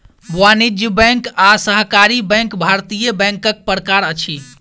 वाणिज्य बैंक आ सहकारी बैंक भारतीय बैंकक प्रकार अछि